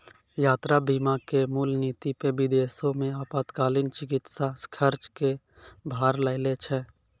यात्रा बीमा के मूल नीति पे विदेशो मे आपातकालीन चिकित्सा खर्च के भार लै छै